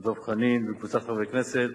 דב חנין וקבוצת חברי הכנסת,